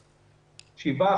שבעה,